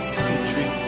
country